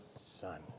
son